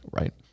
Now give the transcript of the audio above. right